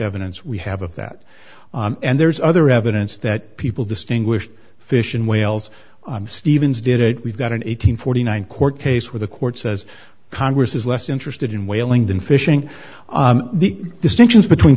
evidence we have of that and there's other evidence that people distinguish fish in whales stevens did it we've got an eight hundred forty nine court case where the court says congress is less interested in whaling than fishing the distinctions between